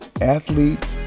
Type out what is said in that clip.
athlete